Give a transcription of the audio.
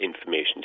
information